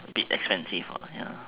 a bit expensive what ya